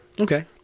okay